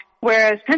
Whereas